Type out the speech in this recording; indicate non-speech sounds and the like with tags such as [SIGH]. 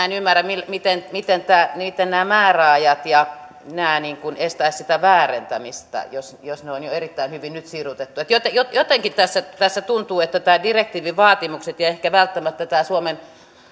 [UNINTELLIGIBLE] en ymmärrä miten miten niiden määräajat ja nämä estäisivät sitä väärentämistä jos jos ne on jo nyt erittäin hyvin sirutettu jotenkin jotenkin tässä tässä tuntuu että tämän direktiivin vaatimukset ja ehkä välttämättä suomen